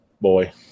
boy